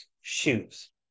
Shoes